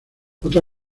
otra